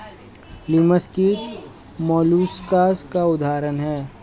लिमस कीट मौलुसकास का उदाहरण है